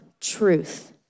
truth